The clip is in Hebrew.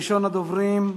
ראשון הדוברים,